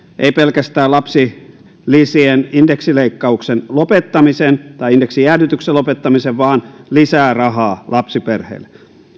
ei pelkästään lapsilisien indeksileikkauksen lopettamisen tai indeksijäädytyksen lopettamisen vaan myös lisää rahaa lapsiperheille